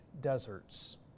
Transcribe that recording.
deserts